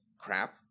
crap